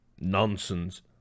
nonsense